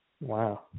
Wow